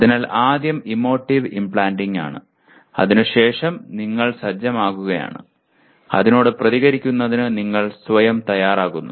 അതിനാൽ ആദ്യം emotive implanting ആണ് അതിനുശേഷം നിങ്ങൾ സജ്ജമാക്കുകയാണ് അതിനോട് പ്രതികരിക്കുന്നതിന് നിങ്ങൾ സ്വയം തയ്യാറാകുന്നു